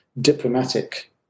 diplomatic